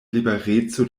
libereco